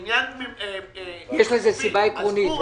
שיש לזה סיבה עקרונית.